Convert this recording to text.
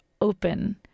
open